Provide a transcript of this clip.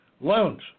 loans